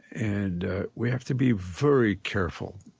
and we have to be very careful